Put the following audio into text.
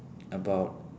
about